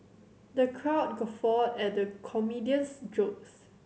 the crowd guffawed at the comedian's jokes